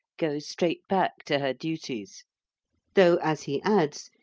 go straight back to her duties though, as he adds,